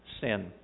sin